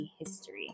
history